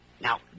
Now